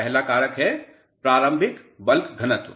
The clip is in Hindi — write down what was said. पहला कारक है प्रारंभिक बल्क घनत्व